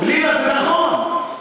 נכון.